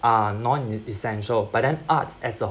are non essential but then arts as a